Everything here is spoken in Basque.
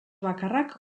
bakarrak